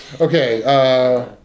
Okay